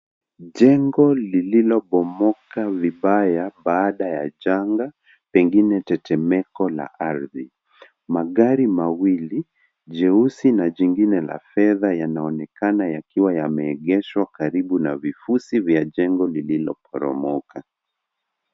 Jengo lililobomoka vibaya baada ya janga, pengine tetemeko la ardhi . Magari mawili, jeusi na jingine la fedha yanaonekana yakiwa yameegeshwa karibu na vifusi vya jengo lililoporomoka.